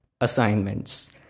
Assignments